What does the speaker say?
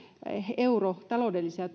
taloudellisia